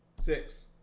six